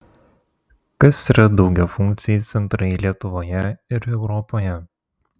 kas yra daugiafunkciai centrai lietuvoje ir europoje